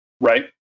right